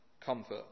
comfort